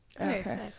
Okay